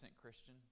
Christian